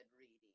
reading